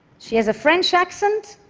she has a french accent,